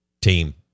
team